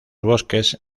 bosques